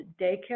daycare